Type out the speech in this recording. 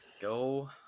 Go